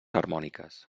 harmòniques